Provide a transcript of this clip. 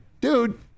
Dude